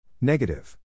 Negative